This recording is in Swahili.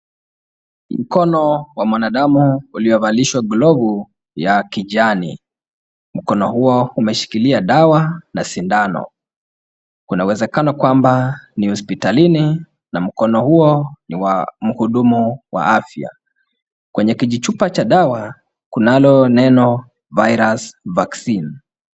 Mkono wa mwanadamu uliovalishwa glavu ya kijani. Mkono huo umeshikilia dawa na sindano. Kuna uwezekano kwamba ni hospitalini na mkono huo ni wa mhudumu wa afya. Kwenye kijichupa cha dawa kunalo neno Virus Vaccine.